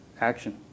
action